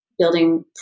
building